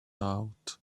out